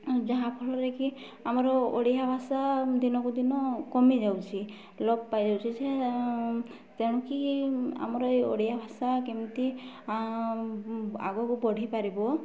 ଯାହାଫଳରେ କି ଆମର ଓଡ଼ିଆ ଭାଷା ଦିନକୁ ଦିନ କମିଯାଉଛି ଲୋପ୍ ପାଇଯାଉଛି ତେଣୁକି ଆମର ଏ ଓଡ଼ିଆ ଭାଷା କେମିତି ଆଗକୁ ବଢ଼ିପାରିବ